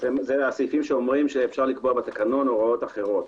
זה הסעיפים שאומרים שאפשר לקבוע בתקנון הוראות אחרות,